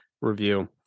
review